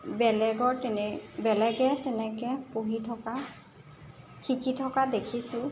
বেলেগৰ তেনে বেলেগে তেনেকৈ পঢ়ি থকা শিকি থকা দেখিছোঁ